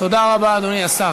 תודה רבה, אדוני השר.